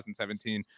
2017